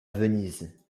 venise